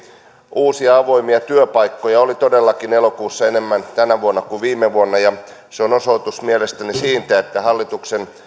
uusia avoimia työpaikkoja oli todellakin elokuussa enemmän tänä vuonna kuin viime vuonna ja se on mielestäni osoitus siitä että hallituksen